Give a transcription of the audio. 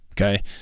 Okay